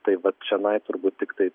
tai vat čionai turbūt tiktai